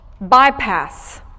bypass